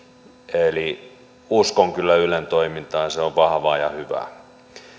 eli uskon kyllä ylen toimintaan se on vahvaa ja hyvää